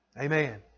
Amen